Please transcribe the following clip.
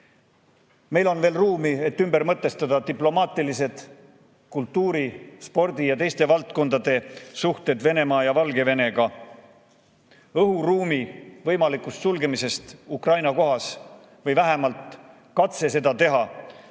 on veel ruumi, et ümber mõtestada diplomaatilised, kultuuri, spordi ja teiste valdkondade suhted Venemaa ja Valgevenega. Õhuruumi võimalikust sulgemisest Ukraina kohal või vähemalt katsest seda teha